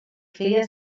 feia